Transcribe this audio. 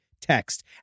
text